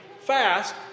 fast